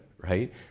right